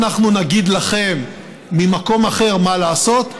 אנחנו נגיד לכם ממקום אחר מה לעשות,